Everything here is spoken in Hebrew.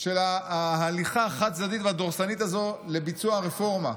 של ההליכה החד-צדדית והדורסנית הזאת לביצוע הרפורמה.